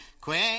quick